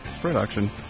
production